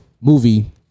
movie